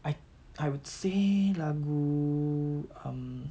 I I would say lagu um